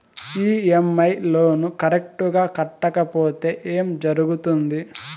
EMI loan correct గా కట్టకపోతే ఏం జరుగుతుంది